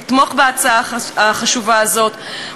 לתמוך בהצעה החשובה הזאת,